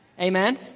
Amen